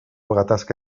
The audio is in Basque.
gatazka